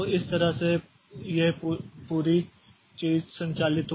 तो इस तरह से यह पूरी चीज़ संचालित होती है